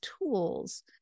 tools